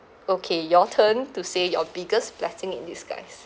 okay your turn to say your biggest blessing in disguise